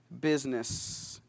business